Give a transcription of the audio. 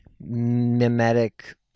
Mimetic